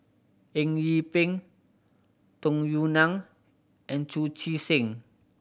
Eng Yee Peng Tung Yue Nang and Chu Chee Seng